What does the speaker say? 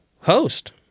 host